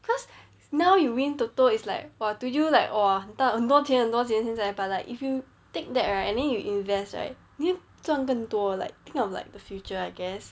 cause now you win TOTO is like !wah! to you like !wah! 很多钱很多钱现在 but like if you take that right and then you invest right 妳会赚更多 like think of like the future I guess